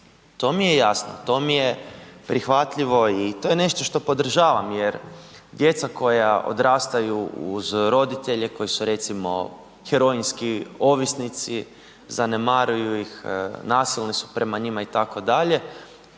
to mi je jasno, to mi je prihvatljivo i to je nešto što podržavam jer djeca koja odrastaju uz roditelje koji su recimo heroinski ovisnici, zanemaruju ih, nasilni su prema njima itd.,